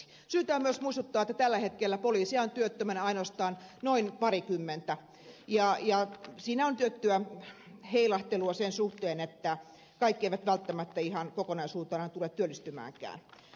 syytä on myös muistuttaa että tällä hetkellä poliiseja on työttömänä ainoastaan noin parikymmentä ja siinä on tiettyä heilahtelua sen suhteen että kaikki eivät välttämättä ihan kokonaisuutena tule työllistymäänkään